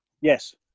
Yes